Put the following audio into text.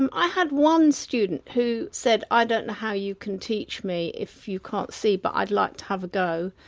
and i had one student who said i don't know how you can teach me if you can't see but i'd like to have a go.